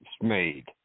made